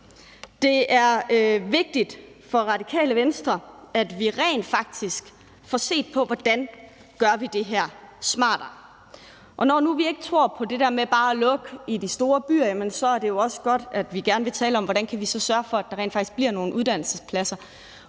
Det er vigtigt for Radikale Venstre, at vi rent faktisk får set på, hvordan vi gør det her smartere, og når vi nu ikke tror på det der med bare at lukke uddannelsespladser i de store byer, er det jo også godt, at vi gerne vil tale om, hvordan vi så kan sørge for, at der rent faktisk bliver nogle uddannelsespladser